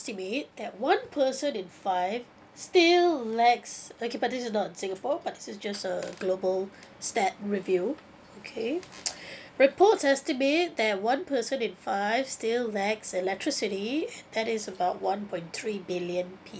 estimate that one person in five still lacks okay but this is not in singapore but this is just a global stat review okay reports estimate that one person in five still lacks electricity that is about one point three billion